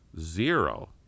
Zero